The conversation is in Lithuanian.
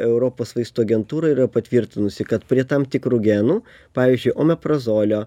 europos vaistų agentūra yra patvirtinusi kad prie tam tikrų genų pavyzdžiui onoprazolio